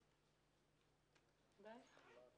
לא נלקח.